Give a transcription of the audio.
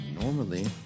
Normally